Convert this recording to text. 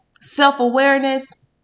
self-awareness